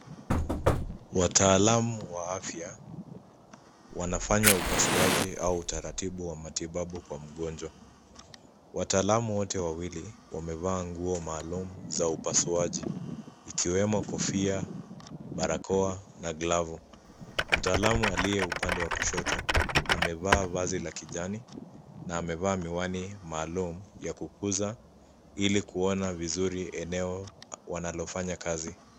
Wataalamu wa afya wanafanya upasuaji au utaratibu wa matibabu kwa mgonjwa. Wataalamu wote wawili wamevaa nguo maalum za upasuaji ikiwemo kofia, barakoa na glavu. Mtaalamu aliye upande wa kushoto amevaa vazi la kijani na amevaa miwani maalum ya kukuza ili kuona vizuri eneo wanalofanya kazi.